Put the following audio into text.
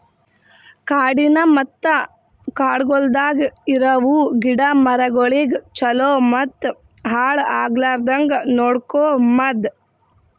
ಕಾಡಿನ ಮತ್ತ ಕಾಡಗೊಳ್ದಾಗ್ ಇರವು ಗಿಡ ಮರಗೊಳಿಗ್ ಛಲೋ ಮತ್ತ ಹಾಳ ಆಗ್ಲಾರ್ದಂಗ್ ನೋಡ್ಕೋಮದ್